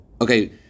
Okay